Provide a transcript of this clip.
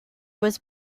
was